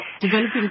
Developing